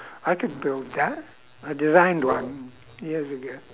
I could build that I designed one years ago